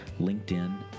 LinkedIn